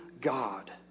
God